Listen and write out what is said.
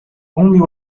only